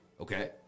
okay